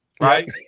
right